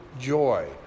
joy